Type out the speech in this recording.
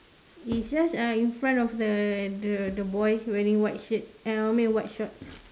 it's just uh in front of the the the boy wearing white shirt uh I mean white shorts